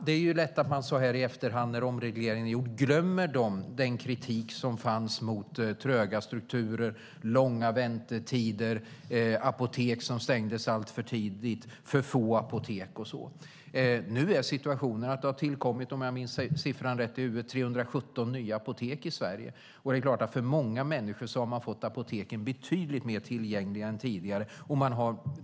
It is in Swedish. Det är lätt att man så här i efterhand, när omregleringen är gjord, glömmer den kritik som fanns mot tröga strukturer, långa väntetider, apotek som stängdes alltför tidigt, för få apotek och så vidare. Nu är situationen att det har tillkommit, om jag minns siffran rätt i huvudet, 317 nya apotek i Sverige. Det är klart att många människor har fått apoteken betydligt mer tillgängliga än tidigare.